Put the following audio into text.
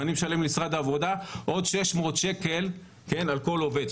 ואני משלם למשרד העבודה עוד 600 שקלים על כל עובד,